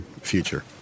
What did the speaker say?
future